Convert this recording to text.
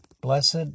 Blessed